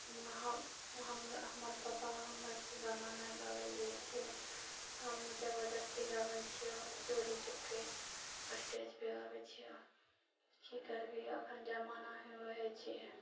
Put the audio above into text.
हम हमर पपा हमराके गाना नहि गावैलऽ दैछै हम जबदस्ती गाबै छिऔ चोरि चुपके स्टेजपे गाबै छिऐ कि करबीही अखनि जमाना ही ओएह छिऐ